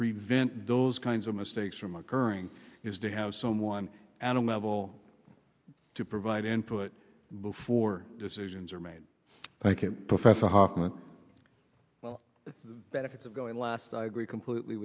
prevent those kinds of mistakes from occurring is to have someone out of level to provide input before decisions are made thank you professor hoffman well the benefits of going last i agree completely